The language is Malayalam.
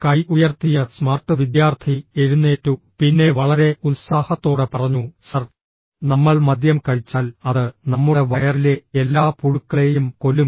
കൈ ഉയർത്തിയ സ്മാർട്ട് വിദ്യാർത്ഥി എഴുന്നേറ്റു പിന്നെ വളരെ ഉത്സാഹത്തോടെ പറഞ്ഞു സർ നമ്മൾ മദ്യം കഴിച്ചാൽ അത് നമ്മുടെ വയറിലെ എല്ലാ പുഴുക്കളെയും കൊല്ലും